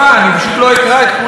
אני פשוט לא אקרא את כולה.